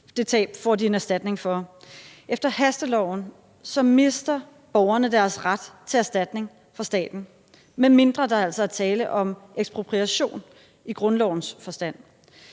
lider, får de en erstatning for. Efter hasteloven mister borgerne deres ret til erstatning fra staten, medmindre der altså er tale om ekspropriation i grundlovens forstand.